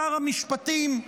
שר המשפטים,